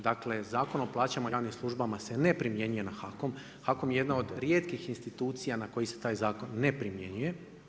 Dakle, Zakon o plaćama javnim službama se ne primjenjuje nad HAKOM, HAKOM je jedna od rijetkih institucija nad kojim se taj zakon ne primjenjuje.